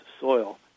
soil